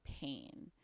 pain